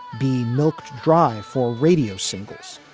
be milked dry for radio singles,